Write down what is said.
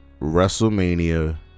Wrestlemania